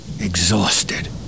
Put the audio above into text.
exhausted